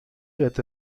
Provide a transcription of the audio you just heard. wird